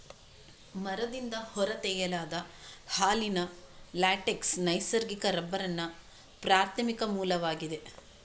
ಮರದಿಂದ ಹೊರ ತೆಗೆಯಲಾದ ಹಾಲಿನ ಲ್ಯಾಟೆಕ್ಸ್ ನೈಸರ್ಗಿಕ ರಬ್ಬರ್ನ ಪ್ರಾಥಮಿಕ ಮೂಲವಾಗಿದೆ